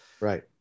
Right